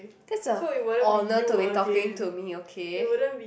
that's a honour to be talking to me okay